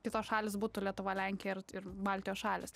kitos šalys būtų lietuva lenkija ir ir baltijos šalys